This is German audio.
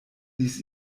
ließ